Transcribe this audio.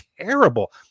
terrible